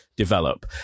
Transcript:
develop